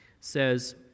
says